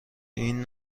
این